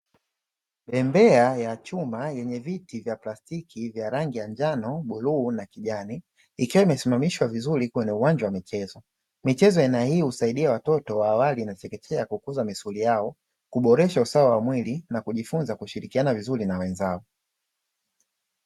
Bembea ya chuma yenye viti vya plastiki vya rangi ya: njano, buluu na kijani; ikiwa imesimamishwa vizuri kwenye uwanja wa michezo. Michezo ya aina hii husaidia watoto wa awali na chekechea kukuza misuli yao, kuboresha usawa wa mwili na kujifunza kushirikiana vizuri na wenzao.